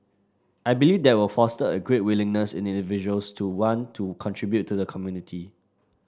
I believe that will foster a greater willingness in individuals to want to contribute to the community